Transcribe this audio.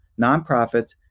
nonprofits